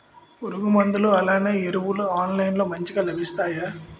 పురుగు మందులు అలానే ఎరువులు ఆన్లైన్ లో మంచిగా లభిస్తాయ?